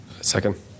Second